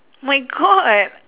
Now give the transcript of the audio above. my god